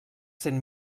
cent